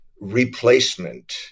replacement –